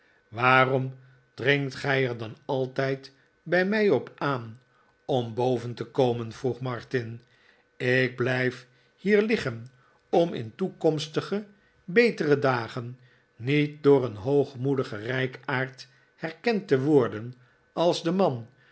waarom dringt gij er dan altijd bij mij op aan om boven te komen vroeg martin ik blijf hier liggen om in toekomstige betere dagen niet door een hoogmoedigen rijkaard herkend te worden als den man